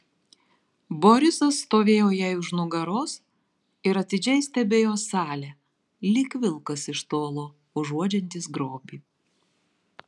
borisas stovėjo jai už nugaros ir atidžiai stebėjo salę lyg vilkas iš tolo uodžiantis grobį